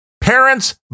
Parents